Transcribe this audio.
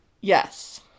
yes